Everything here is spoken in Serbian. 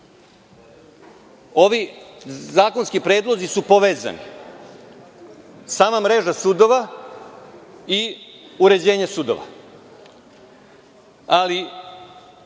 Ovi zakonski predlozi su povezani, sama mreža sudova i uređenje sudova. Ali,